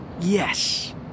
Yes